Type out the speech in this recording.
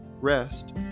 Rest